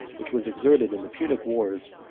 which was exerted in the punic wars,